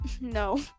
No